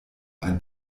ein